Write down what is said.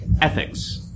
Ethics